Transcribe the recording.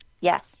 Yes